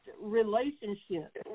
relationship